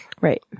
Right